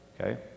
okay